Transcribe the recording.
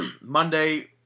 Monday